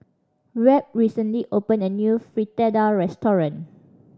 Webb recently opened a new Fritada restaurant